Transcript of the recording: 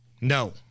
No